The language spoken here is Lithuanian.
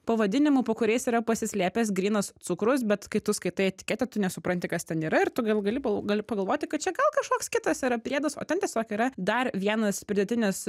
pavadinimų po kuriais yra pasislėpęs grynas cukrus bet kai tu skaitai etiketę tu nesupranti kas ten yra ir todėl gali gal gali pagalvoti kad čia gal kažkoks kitas yra priedas o ten tiesiog yra dar vienas pridėtinis